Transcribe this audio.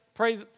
Pray